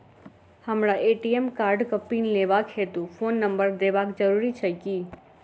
हमरा ए.टी.एम कार्डक पिन लेबाक हेतु फोन नम्बर देबाक जरूरी छै की?